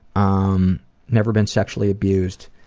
um never been sexually abused,